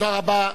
תודה רבה.